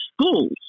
schools